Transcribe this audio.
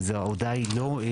וההודעה היא לא.